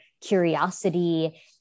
Curiosity